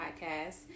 podcast